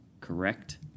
correct